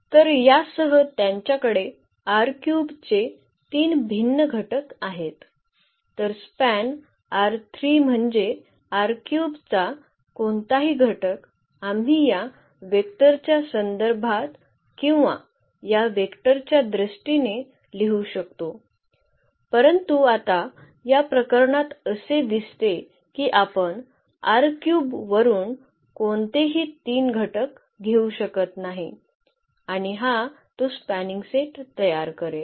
तर यासह त्यांच्याकडे चे तीन भिन्न घटक आहेत तर स्पॅन R 3 म्हणजे चा कोणताही घटक आम्ही या वेक्टरच्या संदर्भात किंवा या वेक्टरच्या दृष्टीने लिहू शकतो परंतु आता या प्रकरणात असे दिसते की आपण वरून कोणतेही तीन घटक घेऊ शकत नाही आणि हा तो स्पॅनिंग सेट तयार करेल